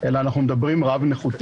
אלא אנחנו מדברים על רב-נכותי.